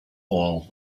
haul